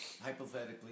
hypothetically